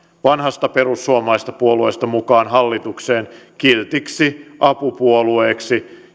vanhasta perussuomalaisesta puolueesta mukaan hallitukseen kiltiksi apupuolueeksi